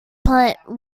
but